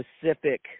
specific